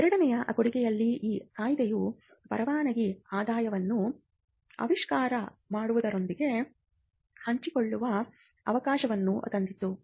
ಎರಡನೆಯ ಕೊಡುಗೆಯಲ್ಲಿ ಈ ಕಾಯಿದೆಯು ಪರವಾನಗಿ ಆದಾಯವನ್ನು ಆವಿಷ್ಕಾರ ಮಾಡಿದವರೊಂದಿಗೆ ಹಂಚಿಕೊಳ್ಳುವ ಅವಕಾಶವನ್ನು ತಂದಿತು